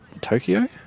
Tokyo